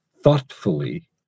thoughtfully